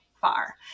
far